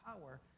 power